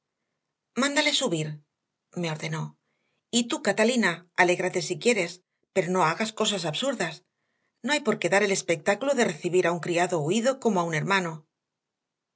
mándale subir me ordenó y tú catalina alégrate si quieres pero no hagas cosas absurdas no hay por qué dar el espectáculo de recibir a un criado huido como a un hermano